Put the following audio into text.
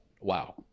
wow